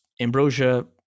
ambrosia